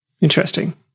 Interesting